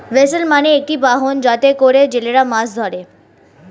vessel মানে একটি বাহন যাতে করে জেলেরা মাছ ধরে